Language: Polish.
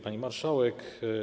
Pani Marszałek!